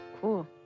Cool